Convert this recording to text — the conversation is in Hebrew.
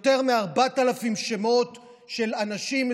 יותר מ-4,000 שמות של אנשים,